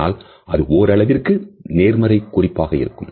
ஆனால் அது ஓரளவிற்கு நேர்மறை குறிப்பாக இருக்கும்